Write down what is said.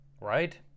right